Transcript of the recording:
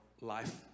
life